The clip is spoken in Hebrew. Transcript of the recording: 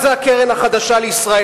מה זה הקרן החדשה לישראל?